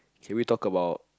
can we talk about